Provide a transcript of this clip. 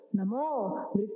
Namo